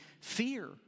fear